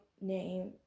name